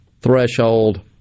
threshold